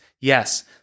yes